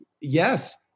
Yes